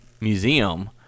museum